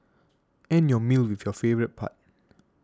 end your meal with your favourite part